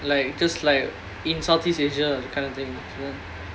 like just like in southeast asia that kind of thing